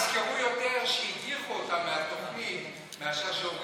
יזכרו יותר שהדיחו אותה מהתוכנית מאשר שהורידו אותי.